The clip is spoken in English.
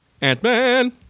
Ant-Man